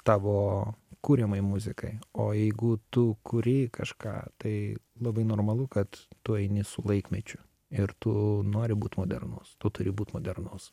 tavo kuriamai muzikai o jeigu tu kuri kažką tai labai normalu kad tu eini su laikmečiu ir tu nori būt modernus tu turi būt modernus